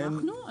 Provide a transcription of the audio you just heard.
אנחנו?